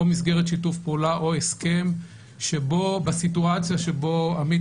מסגרת שיתוף פעולה או הסכם שבו בסיטואציה שבה עמית